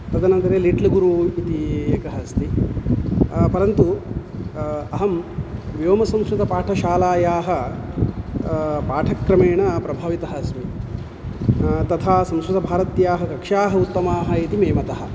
तदनन्तरे Little Guru इति एकः अस्ति परन्तु अहं व्योमसंस्कृतपाठशालायाः पाठक्रमेण प्रभावितः अस्मि तथा संस्कृतभारत्याः कक्षाः उत्तमाः इति मे मतम्